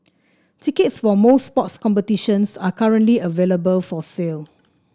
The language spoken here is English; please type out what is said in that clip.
tickets for most sports competitions are currently available for sale